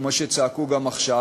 כמו שצעקו גם עכשיו,